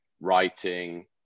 writing